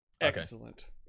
Excellent